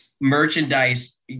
merchandise